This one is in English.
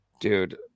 Dude